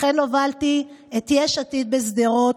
לכן הובלתי את יש עתיד בשדרות,